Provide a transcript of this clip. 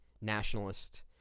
nationalist